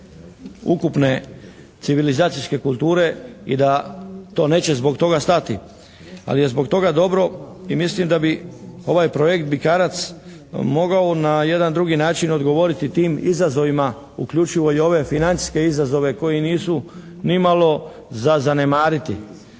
uključivo i ove financijske izazove koji nisu nimalo za zanemariti.